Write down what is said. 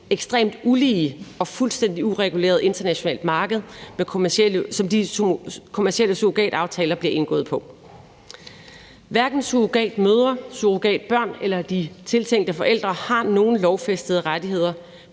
ekstremt ulige og fuldstændig ureguleret internationalt marked, som kommercielle surrogataftaler bliver indgået på. Hverken surrogatmødre, surrogatbørn eller de tiltænkte forældre har nogen lovfæstede rettigheder,